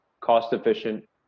cost-efficient